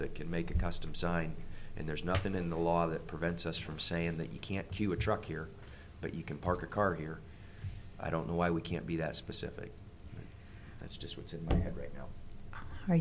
that can make a custom sign and there's nothing in the law that prevents us from saying that you can't you a truck here but you can park a car here i don't know why we can't be that specific that's just what's in it right now